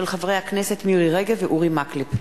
הצעתם של חברי הכנסת מירי רגב ואורי מקלב.